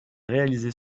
réalisé